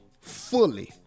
fully